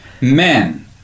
Men